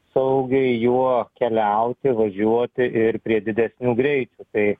saugiai juo keliauti važiuoti ir prie didesnių greičių tai